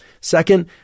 Second